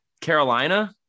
Carolina